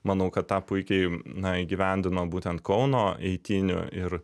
manau kad tą puikiai na įgyvendino būtent kauno eitynių ir